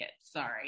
Sorry